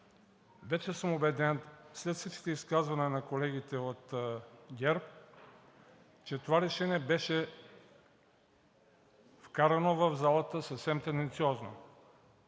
вече съм убеден, че след всичките изказвания на колегите от ГЕРБ това решение беше вкарано в залата съвсем тенденциозно.